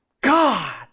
God